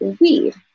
weed